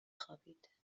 خوابید